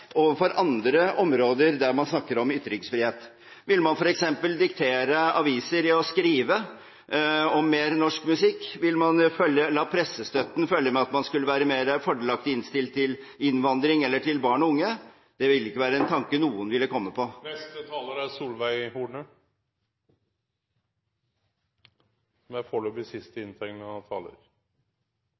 andre områder der man snakker om ytringsfrihet. Ville man f.eks. diktere aviser å skrive mer om norsk musikk? Ville man la pressestøtten følge det at man skulle være mer velvillig innstilt til innvandring eller til barn og unge? Det er ikke en tanke noen ville komme på. Jeg lurer på om representanten Arild Stokkan-Grande har tatt feil av dagen i dag – det er